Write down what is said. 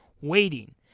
Waiting